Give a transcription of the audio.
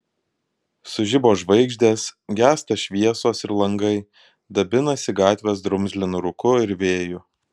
sužibo žvaigždės gęsta šviesos ir langai dabinasi gatvės drumzlinu rūku ir vėju